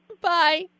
bye